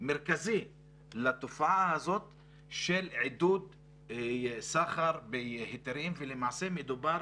מרכזי לתופעה הזאת של עידוד סחר בהיתרים ולמעשה מדובר